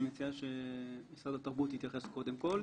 אני מציע שמשרד התרבות יתייחס קודם כל.